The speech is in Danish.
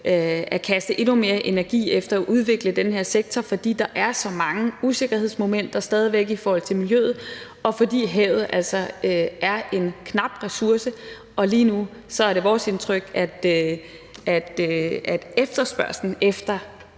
at kaste endnu mere energi efter at udvikle den her sektor, fordi der stadig væk er så mange usikkerhedsmomenter i forhold til miljøet, og fordi havet altså er en knap ressource. Og lige nu er det vores indtryk, at efterspørgslen efter